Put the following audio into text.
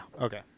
Okay